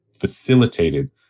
facilitated